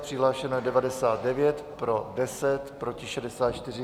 Přihlášeno je 99, pro 10, proti 64.